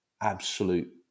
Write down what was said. absolute